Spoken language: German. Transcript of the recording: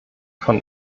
von